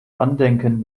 andenken